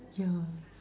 yeah